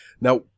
Now